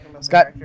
scott